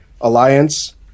alliance